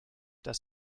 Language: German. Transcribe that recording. dass